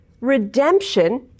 Redemption